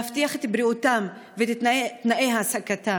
להבטיח את בריאותם ואת תנאי העסקתם,